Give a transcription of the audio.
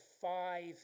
five